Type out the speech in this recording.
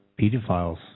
pedophiles